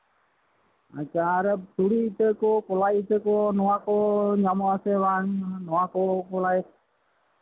ᱟᱪᱪᱷᱟ ᱟᱨ ᱛᱩᱲᱤ ᱤᱛᱟᱹ ᱠᱚ ᱠᱚᱞᱟᱭ ᱤᱛᱟᱹ ᱠᱚ ᱱᱚᱣᱟ ᱠᱚ ᱧᱟᱢᱚᱜ ᱟᱥᱮ ᱵᱟᱝ ᱱᱚᱣᱟ ᱠᱚ ᱛᱷᱚᱲᱟ